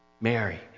Mary